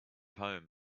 home